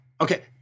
okay